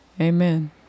Amen